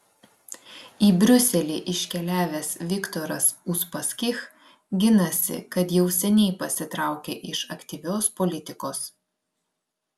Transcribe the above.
į briuselį iškeliavęs viktoras uspaskich ginasi kad jau seniai pasitraukė iš aktyvios politikos